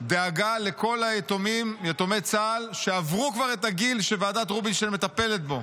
דאגה לכל יתומי צה"ל שעברו כבר את הגיל שוועדת רובינשטיין מטפלת בו.